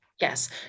Yes